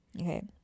Okay